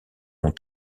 long